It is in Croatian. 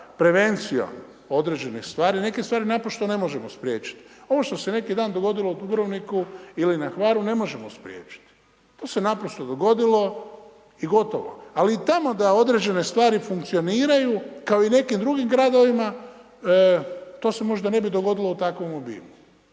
prevencijom određenih stvari, neke stvari naprosto ne možemo spriječiti. Ovo što se neki dan dogodilo u Dubrovniku ili na Hvaru ne možemo spriječiti. To se naprosto dogodilo i gotovo. Ali i tamo da određene stvari funkcioniraju kao i u nekim drugim gradovima to se možda ne bi dogodilo u takvom obimu.